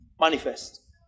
Manifest